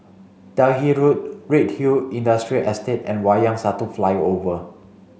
Delhi Road Redhill Industrial Estate and Wayang Satu Flyover